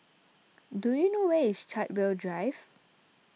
do you know where is Chartwell Drive